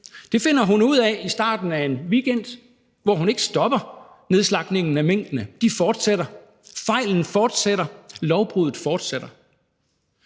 Det finder hun ud af i starten af en weekend, hvor hun ikke stopper nedslagtningen af minkene; den fortsætter, fejlen fortsætter, lovbruddet fortsætter.